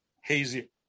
hazy